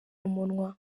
umunwa